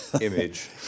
image